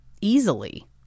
easily